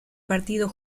partido